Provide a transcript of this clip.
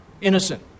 innocent